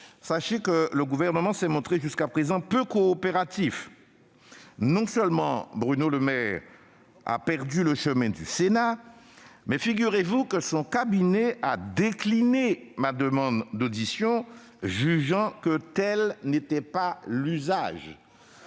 sachez que le Gouvernement s'est montré, jusqu'à présent, peu coopératif. Non seulement Bruno Le Maire a perdu le chemin du Sénat, mais figurez-vous que son cabinet a décliné ma demande d'audition, jugeant que tel n'était pas « l'usage